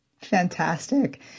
Fantastic